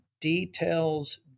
Details